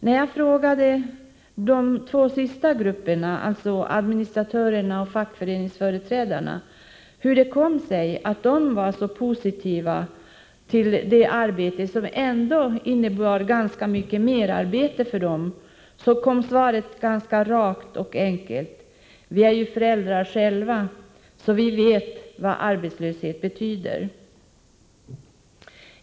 När jag frågade de sistnämnda — administratörerna och fackföreningsföreträdarna — hur det kom sig att de var så positiva till detta, som ändå medförde ganska mycket merarbete för dem, kom svaret ganska rakt och enkelt: Vi är ju föräldrar själva och vet vad arbetslöshet betyder.